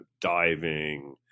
diving